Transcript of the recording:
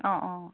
অঁ অঁ